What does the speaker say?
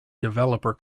developer